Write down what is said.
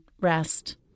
rest